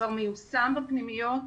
כבר מיושם בפנימיות.